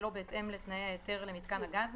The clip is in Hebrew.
שלא בהתאם לתנאי ההיתר למיתקן הגז,